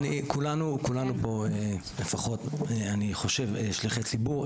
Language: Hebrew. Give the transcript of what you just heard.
כולנו פה, לפחות אני חושב, שליחי ציבור.